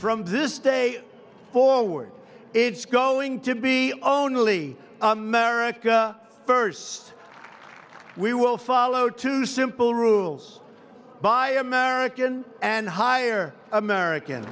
from this day forward it's going to be only america st we will follow two simple rules buy american and hire american